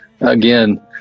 again